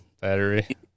battery